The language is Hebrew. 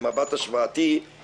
המשק במצב חזק והצמיחה הייתה --- שי,